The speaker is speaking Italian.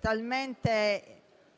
talmente fuori